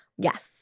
Yes